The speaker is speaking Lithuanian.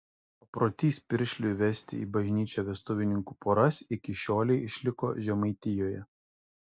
paprotys piršliui vesti į bažnyčią vestuvininkų poras iki šiolei išliko žemaitijoje